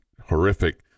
horrific